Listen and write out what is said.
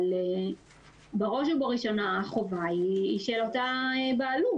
אבל בראש ובראשונה החובה היא של אותה בעלות.